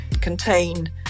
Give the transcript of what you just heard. contain